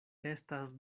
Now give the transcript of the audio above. estas